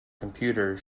computer